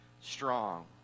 strong